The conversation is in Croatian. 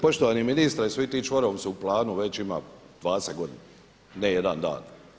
Poštovani ministre, svi ti čvorovi su u planu već ima 20 godina ne jedan dan.